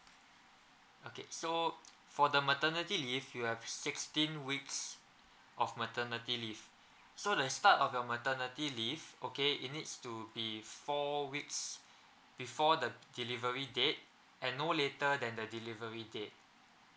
okay so for the maternity leave you have sixteen weeks of maternity leave so the start of your maternity leave okay it needs to be four weeks before the delivery date and no later than the delivery day